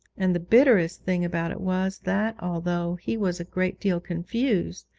and the bitterest thing about it was, that, although he was a great deal confused,